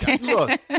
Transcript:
look